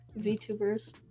VTubers